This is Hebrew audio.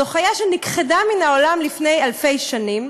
זו חיה שנכחדה מן העולם לפני אלפי שנים,